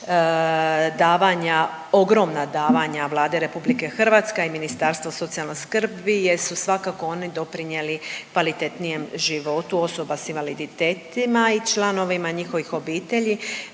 ogromna davanja Vlade RH, a i Ministarstvo socijalne skrbi jer su svakako oni doprinijeli kvalitetnijem životu osoba s invaliditetima i članova njihove obitelji.